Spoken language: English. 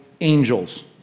Angels